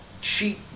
cheap